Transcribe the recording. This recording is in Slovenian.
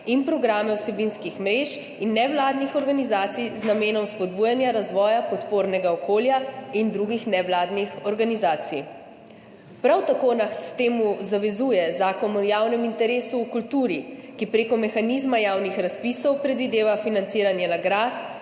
in programe vsebinskih mrež in nevladnih organizacij z namenom spodbujanja razvoja podpornega okolja in drugih nevladnih organizacij. Prav tako nas k temu zavezuje Zakon o javnem interesu v kulturi, ki preko mehanizma javnih razpisov predvideva financiranje nagrad,